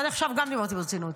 עד עכשיו גם דיברתי ברצינות,